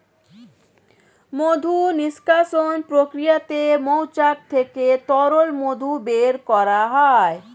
মধু নিষ্কাশণ প্রক্রিয়াতে মৌচাক থেকে তরল মধু বের করা হয়